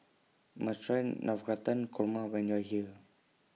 YOU must Try Navratan Korma when YOU Are here